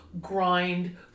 grind